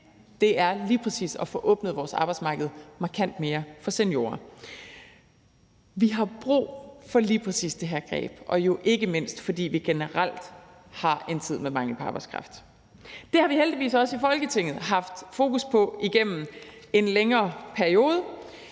det er lige præcis at få åbnet vores arbejdsmarked markant mere for seniorer. Vi har brug for lige præcis det her greb, jo ikke mindst fordi vi generelt er i en tid med mangel på arbejdskraft. Det har vi heldigvis også i Folketinget haft fokus på igennem en længere periode,